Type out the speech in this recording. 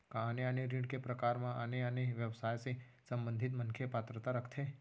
का आने आने ऋण के प्रकार म आने आने व्यवसाय से संबंधित मनखे पात्रता रखथे?